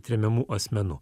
tremiamų asmenų